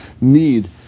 need